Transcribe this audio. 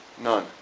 None